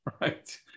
right